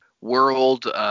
world